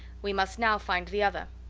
we must now find the other.